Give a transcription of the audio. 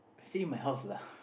actually my house lah